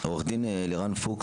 נהדר.